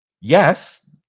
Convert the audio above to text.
yes